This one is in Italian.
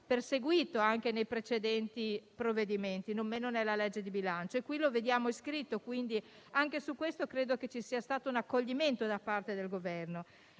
perseguito anche nei precedenti provvedimenti, non meno nella legge di bilancio. Qui lo vediamo scritto e, quindi, anche su questo tema c'è stato un accoglimento da parte del Governo.